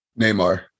Neymar